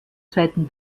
zweiten